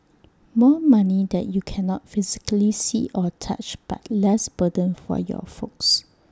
more money that you cannot physically see or touch but less burden for your folks